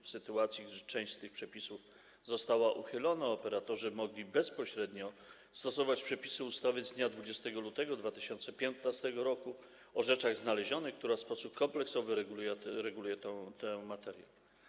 W sytuacji gdy część tych przepisów została uchylona, operatorzy mogli bezpośrednio stosować przepisy ustawy z dnia 20 lutego 2015 r. o rzeczach znalezionych, która w sposób kompleksowy reguluje tę materię.